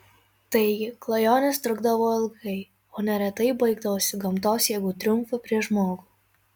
taigi klajonės trukdavo ilgai o neretai baigdavosi gamtos jėgų triumfu prieš žmogų